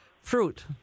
fruit